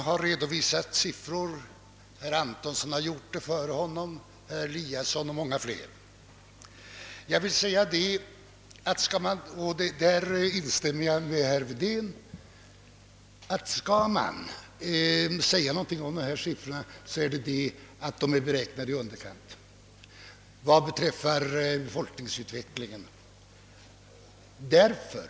Herr Wedén, herr Antonsson och herr Eliasson i Sundborn och många andra har redovisat olika sifferdata. Men om jag skall säga någonting om de anförda siffrorna, så håller jag med herr Wedén om att beräkningarna rörande befolkningsutvecklingen är hållna i underkant.